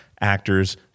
actors